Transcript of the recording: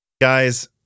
guys